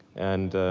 and,